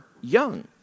young